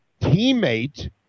teammate